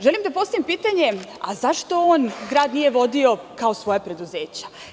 Želim da postavim pitanje – zašto on grad nije vodio kao svoja preduzeća?